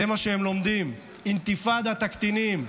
זה מה שהם לומדים"; "אינתיפאדת הקטינים.